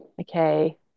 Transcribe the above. Okay